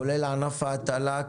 כולל ענף ההטלה,